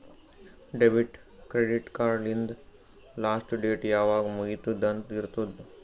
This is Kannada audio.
ಡೆಬಿಟ್, ಕ್ರೆಡಿಟ್ ಕಾರ್ಡ್ ಹಿಂದ್ ಲಾಸ್ಟ್ ಡೇಟ್ ಯಾವಾಗ್ ಮುಗಿತ್ತುದ್ ಅಂತ್ ಇರ್ತುದ್